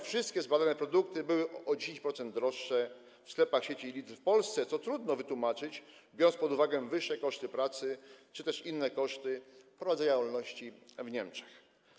Wszystkie zbadane produkty były średnio o 10% droższe w sklepach sieci Lidl w Polsce, co trudno wytłumaczyć, biorąc pod uwagę wyższe koszty pracy czy też inne koszty prowadzenia działalności w Niemczech.